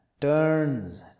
turns